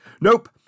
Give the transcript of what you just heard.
Nope